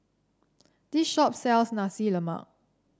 this shop sells Nasi Lemak